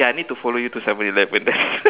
ya I need to follow you to seven eleven